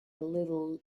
little